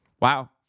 Wow